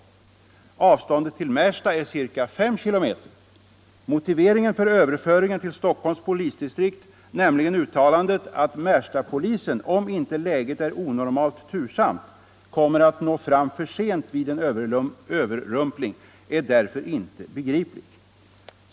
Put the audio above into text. Avståndet till Märsta är ca 5 km. Motiveringen för överföringen till Stockholms polisdistrikt, nämligen uttalandet att ”Märstapolisen — om inte läget är onormalt tursamt - kommer att nå fram för sent vid en överrumpling” är därför inte begriplig.